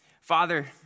Father